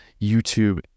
YouTube